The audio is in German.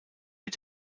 mit